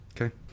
Okay